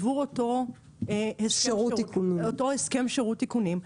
עבור אותו הסכם שירות תיקונים,